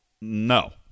No